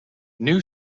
new